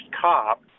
cop